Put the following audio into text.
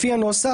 לפי הנוסח,